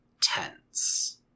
tense